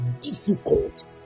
difficult